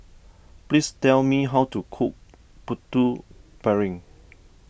please tell me how to cook Putu Piring